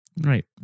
Right